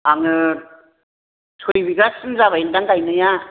आङो सय बिगासिम जाबायन्दां गायनाया